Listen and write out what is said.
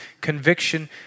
conviction